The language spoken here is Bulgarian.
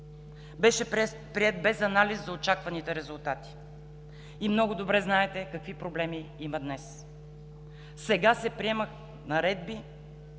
беше приет без анализ за очакваните резултати и много добре знаете какви проблеми има днес. Сега се приемат наредби,